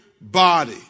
body